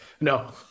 No